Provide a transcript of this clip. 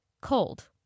cold